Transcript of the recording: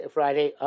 Friday